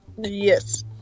Yes